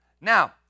Now